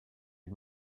est